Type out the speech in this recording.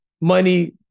money